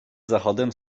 zachodem